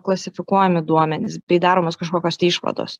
klasifikuojami duomenys bei daromos kažkokios tai išvados